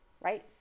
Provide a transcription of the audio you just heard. right